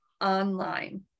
online